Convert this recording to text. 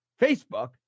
Facebook